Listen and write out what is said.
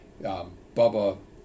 Bubba